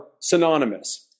synonymous